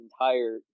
entire